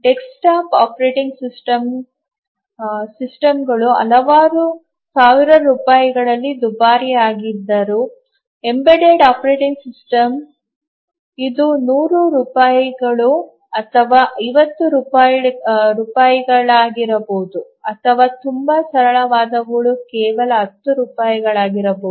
desktop operating ಸಿಸ್ಟಂಗಳು ಹಲವಾರು 1000 ರೂಪಾಯಿಗಳಲ್ಲಿ ದುಬಾರಿಯಾಗಿದ್ದರೂ ಎಂಬೆಡೆಡ್ ಆಪರೇಟಿಂಗ್ ಸಿಸ್ಟಮ್ಗೆ 100 ರೂಪಾಯಿಗಳು ಅಥವಾ 50 ರೂಪಾಯಿಗಳಾಗಿರಬಹುದು ಅಥವಾ ತುಂಬಾ ಸರಳವಾದವುಗಳು ಕೇವಲ 10 ರುಪಾಯಿಗಳಾಗಿರಬಹುದು